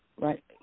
right